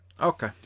Okay